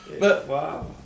Wow